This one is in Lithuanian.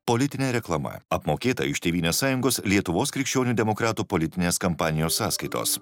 politinė reklama apmokėta iš tėvynės sąjungos lietuvos krikščionių demokratų politinės kampanijos sąskaitos